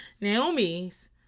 Naomi's